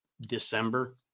December